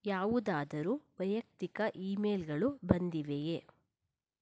ಯಾವುದಾದರೂ ವೈಯಕ್ತಿಕ ಈಮೇಲ್ಗಳು ಬಂದಿವೆಯೇ